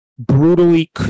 Brutally